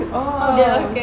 oh